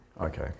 Okay